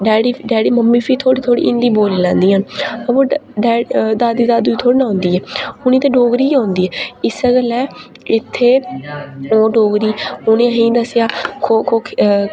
daddy mummy फ्ही थोह्ड़ी थोह्ड़ी हिंदी बोल्ली लैंदियां न अबो दादी दादू थोह्ड़ी न औंदी ऐ उ'नें ई ते डोगरी गै औंदी ऐ इस्सै गल्लै इत्थै ओह् डोगरी उ'नें ई दस्सेआ खो खो